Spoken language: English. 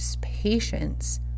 patience